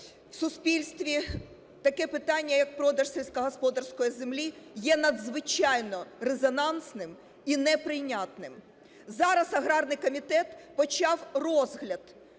в суспільстві таке питання, як продаж сільськогосподарської землі, є надзвичайно резонансним і неприйнятним. Зараз аграрний комітет почав розгляд